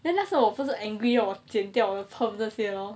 then 那时候我不是 angry lor 我剪掉我的 perm 这些 lor